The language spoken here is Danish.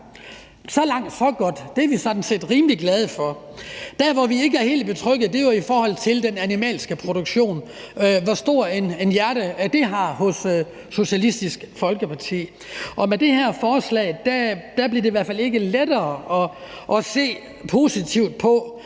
Så langt, så godt; det er vi sådan set rimelig glade for. Der, hvor vi ikke er helt betrygget, er i forhold til den animalske produktion og hvor stor en plads i hjertet det har hos Socialistisk Folkeparti. Med det her forslag bliver det i hvert fald ikke lettere at se positivt på